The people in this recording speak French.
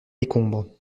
décombres